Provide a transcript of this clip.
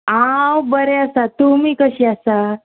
हांव बरें आसा तुमी कशीं आसा